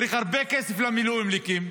צריך הרבה כסף למילואימניקים,